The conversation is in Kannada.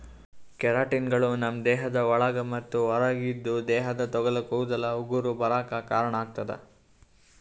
ಕೆರಾಟಿನ್ಗಳು ನಮ್ಮ್ ದೇಹದ ಒಳಗ ಮತ್ತ್ ಹೊರಗ ಇದ್ದು ದೇಹದ ತೊಗಲ ಕೂದಲ ಉಗುರ ಬರಾಕ್ ಕಾರಣಾಗತದ